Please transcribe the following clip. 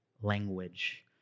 language